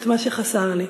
את מה שחסר לי.